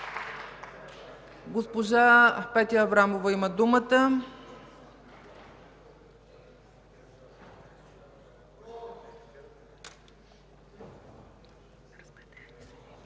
Госпожа Петя Аврамова има думата.